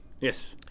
Yes